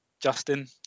justin